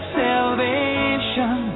salvation